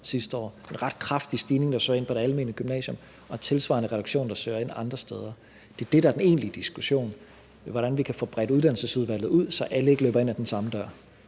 sidste år. Det er en ret kraftig stigning i antallet af dem, der søger ind på det almene gymnasium, og der er en tilsvarende reduktion i antallet af dem, der søger ind andre steder. Det er det, der er den egentlige diskussion – hvordan vi kan få bredt uddannelsesudvalget ud, så alle ikke løber ind ad den samme dør.